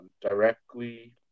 directly